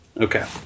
Okay